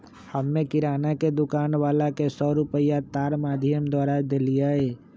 हम्मे किराना के दुकान वाला के सौ रुपईया तार माधियम के द्वारा देलीयी